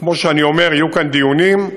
כמו שאני אומר, יהיו כאן דיונים,